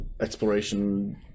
exploration